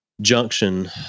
Junction